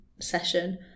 session